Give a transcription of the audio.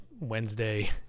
Wednesday